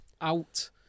out